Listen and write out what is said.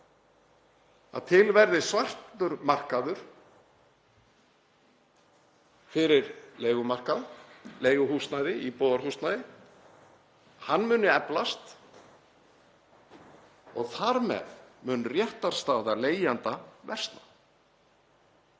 að til verði svartur markaður fyrir leigumarkað, leiguhúsnæði, íbúðarhúsnæði, að hann muni eflast og þar með mun réttarstaða leigjenda versna.